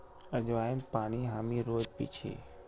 अज्वाइन पानी हामी रोज़ पी छी